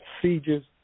procedures